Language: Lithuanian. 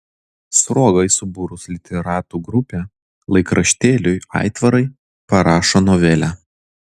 sruogai subūrus literatų grupę laikraštėliui aitvarai parašo novelę